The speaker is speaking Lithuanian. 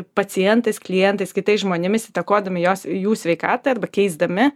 pacientais klientais kitais žmonėmis įtakodami jos jų sveikatą arba keisdami